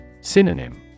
Synonym